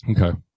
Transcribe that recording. Okay